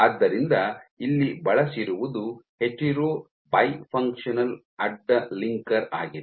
ಆದ್ದರಿಂದ ಇಲ್ಲಿ ಬಳಸಿರುವುದು ಹೆಟೆರೊ ಬೈ ಫುನ್ಕ್ಷನಲ್ ಅಡ್ಡ ಲಿಂಕರ್ ಆಗಿದೆ